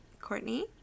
Courtney